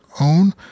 own